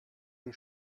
sie